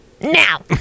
now